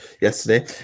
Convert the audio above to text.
yesterday